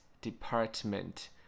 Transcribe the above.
Department